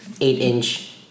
Eight-inch